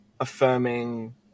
affirming